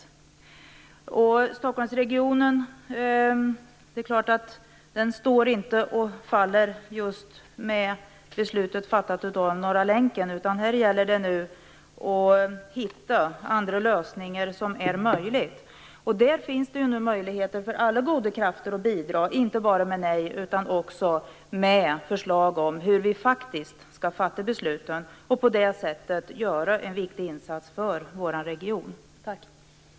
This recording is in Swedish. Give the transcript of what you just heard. Det är klart att Stockholmsregionen inte står och faller med beslutet om Norra länken. Nu gäller det att hitta andra lösningar. Det finns nu möjlighet för alla goda krafter att bidra inte bara med "nej" utan också med förslag om hur vi skall fatta besluten. På det sättet kan man göra en viktig insats för vår region.